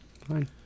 Fine